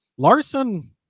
Larson